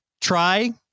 try